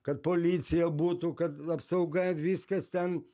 kad policija būtų kad apsauga viskas ten